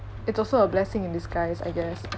it's also a blessing in disguise I guess